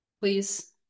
please